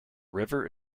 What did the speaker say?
river